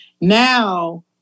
Now